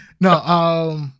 No